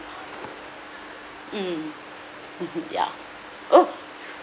mm ya !ow!